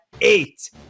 eight